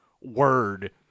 word